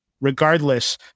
regardless